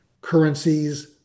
currencies